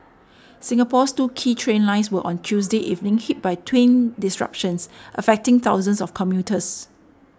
Singapore's two key train lines were on Tuesday evening hit by twin disruptions affecting thousands of commuters